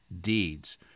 deeds